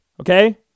okay